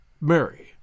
Mary